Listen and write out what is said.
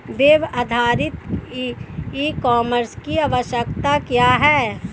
Web आधारित e commerce की आवश्यकता क्या है?